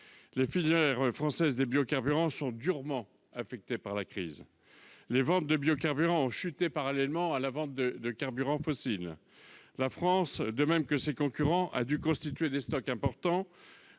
Les filières françaises de biocarburants sont durement affectées par la crise. Les ventes de biocarburants ont chuté parallèlement à celles des carburants fossiles. La France, de même que ses concurrents, a dû constituer des stocks importants